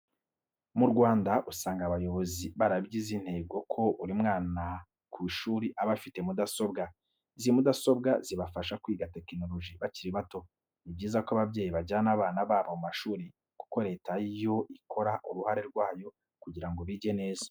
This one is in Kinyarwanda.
Mu Rwanda usanga abayobozi barabigize intego ko buri mwana ku ishuri aba afite mudasobwa, izi mudasobwa zibafasha kwiga tekinoloji bakiri bato. Ni byiza ko ababyeyi bajyana abana babo mu mashuri kuko Leta yo ikora uruhare rwayo kugira ngo bige neza.